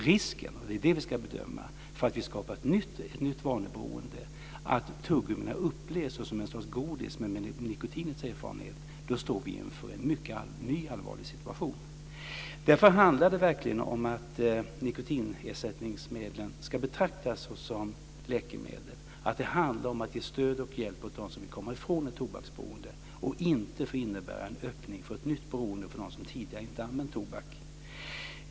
Risken är - och det är den vi ska bedöma - att vi skapar ett nytt vaneberoende, att dessa tuggummin upplevs som godis men med nikotinets erfarenhet, och då står vi inför en ny allvarlig situation. Därför handlar det verkligen om att nikotinersättningsmedlen ska betraktas som läkemedel. Det handlar om att ge stöd och hjälp åt dem som vill komma ifrån ett tobaksberoende, och det får inte innebära en öppning för ett nytt beroende för dem som tidigare inte använt tobak.